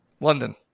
London